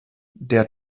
der